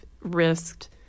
risked